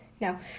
Now